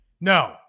No